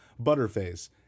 Butterface